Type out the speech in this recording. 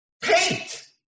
paint